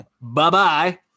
bye-bye